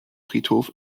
friedhof